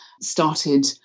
started